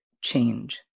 change